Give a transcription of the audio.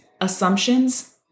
assumptions